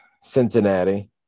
Cincinnati